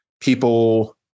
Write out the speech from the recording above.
people